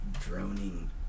droning